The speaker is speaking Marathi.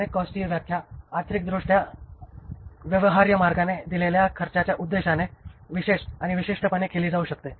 डायरेक्ट कॉस्टची व्याख्या आर्थिकदृष्ट्या व्यवहार्य मार्गाने दिलेल्या खर्चाच्या उद्देशाने विशेष आणि विशिष्टपणे केली जाऊ शकते